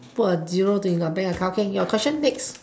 put to your zero to your bank account can can your question next